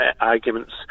arguments